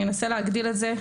אבל אני אנסה להגדיל את זה.